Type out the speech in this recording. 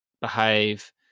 behave